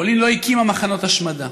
שפולין לא הקימה מחנות השמדה.